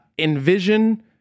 Envision